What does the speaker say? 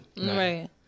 Right